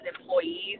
employees